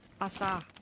Asa